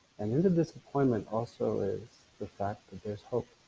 and in the disappointment also is the fact that there's hope.